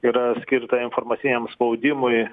yra skirta informaciniam spaudimui